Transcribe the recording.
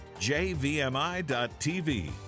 jvmi.tv